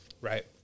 Right